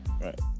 Right